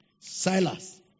Silas